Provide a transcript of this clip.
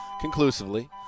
conclusively